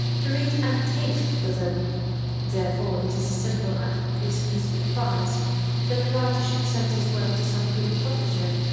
to read and taste for them therefore it is a simple and obvious piece of advice that the writer should send his work to some good publisher,